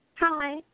Hi